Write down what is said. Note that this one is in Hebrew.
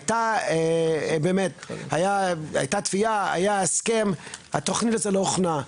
הייתה תביעה, היה הסכם, התוכנית הזו לא הוכנה.